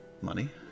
Money